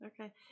okay